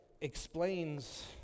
explains